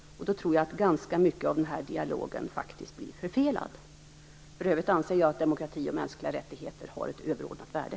Då tror jag att ganska mycket av den här dialogen blir förfelad. För övriga anser jag att demokrati och mänskliga rättigheter har ett överordnat värde.